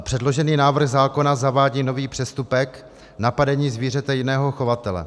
Předložený návrh zákona zavádí nový přestupek napadení zvířete jiného chovatele.